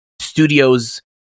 studios